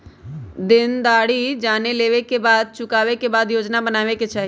देनदारी जाने लेवे के बाद चुकावे के योजना बनावे के चाहि